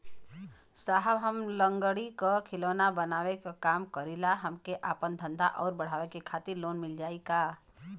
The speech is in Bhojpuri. साहब हम लंगड़ी क खिलौना बनावे क काम करी ला हमके आपन धंधा अउर बढ़ावे के खातिर लोन मिल जाई का?